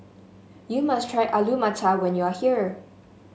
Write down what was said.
you must try Alu Matar when you are here